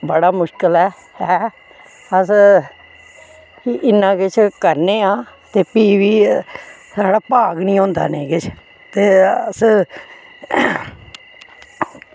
बड़ा मुश्कल ऐ अस इन्ना किश करने आं ते भी बी एह् साढ़े भाव निं होंदा नेईं किश की अस